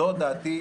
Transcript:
זאת דעתי,